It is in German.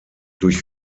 durch